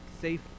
safe